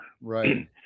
Right